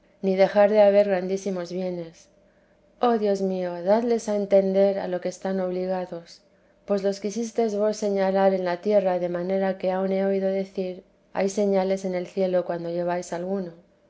ni dejar de haber grandísimos bienes oh dios mío dadles a entender a lo que están obligados pues los quisistes vos señalar en la tierra de manera que aun he oído decir hay señales en el cielo cuando lleváis alguno